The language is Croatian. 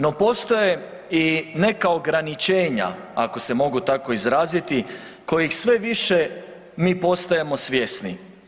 No, postoje i neka ograničenja, ako se mogu tako izraziti, kojih sve više mi postajemo svjesni.